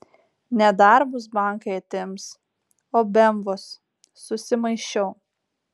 ne darbus bankai atims o bemvus susimaišiau